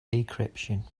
decryption